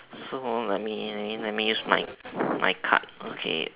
so let me let me let me use my my card okay